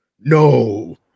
no